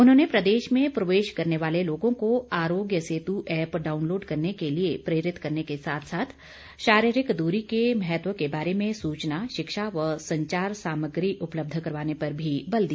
उन्होंने प्रदेश में प्रवेश करने वाले लोगों को आरोग्य सेतु ऐप्प डाउनलोड करने के लिए प्रेरित करने के साथ साथ शारीरिक दूरी के महत्व के बारे में सूचना शिक्षा व संचार सामग्री उपलब्ध करवाने पर भी बल दिया